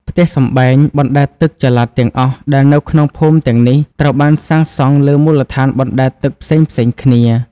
ផ្ទះសម្បែងបណ្ដែតទឹកចល័តទាំងអស់ដែលនៅក្នុងភូមិទាំងនេះត្រូវបានសាងសង់លើមូលដ្ឋានអណ្ដែតទឹកផ្សេងៗគ្នា។